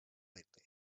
lately